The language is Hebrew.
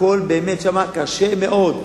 הכול שם קשה מאוד.